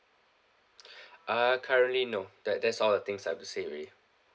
uh currently no that that is all the things I have to say already